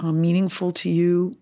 um meaningful to you,